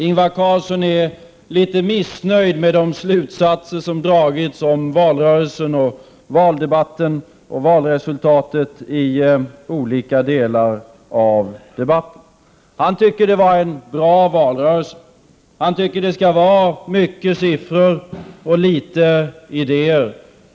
Ingvar Carlsson är litet missnöjd med de slutsatser som dragits om valrörelsen, valdebatten och valresultatet i olika delar av debatten. Han tycker att det var en bra valrörelse. Han tycker att det skall vara mycket siffror och litet idéer.